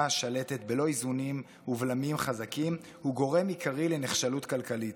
השלטת בלא איזונים ובלמים חזקים הוא גורם עיקרי לנחשלות כלכלית".